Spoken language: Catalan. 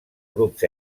grups